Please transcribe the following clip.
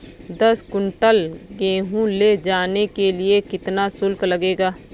दस कुंटल गेहूँ ले जाने के लिए कितना शुल्क लगेगा?